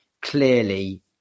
Clearly